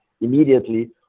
immediately